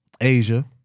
Asia